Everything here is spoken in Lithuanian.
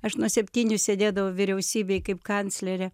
aš nuo septynių sėdėdavau vyriausybėj kaip kanclerė